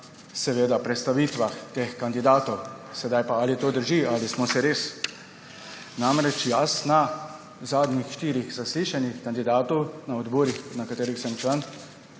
na predstavitvah teh kandidatov. Ali to drži, ali smo se res? Namreč, na zadnjih štirih zaslišanjih kandidatov na odborih, kjer sem član,